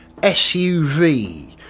SUV